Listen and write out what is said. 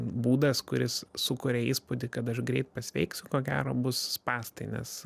būdas kuris sukuria įspūdį kad aš greit pasveiksiu ko gero bus spąstai nes